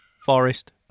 Forest